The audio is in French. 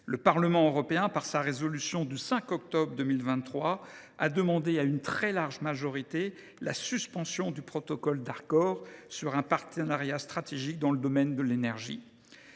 Le Parlement européen, par sa résolution du 5 octobre 2023, a demandé à une très large majorité la suspension du protocole d’accord sur un partenariat stratégique dans le domaine de l’énergie.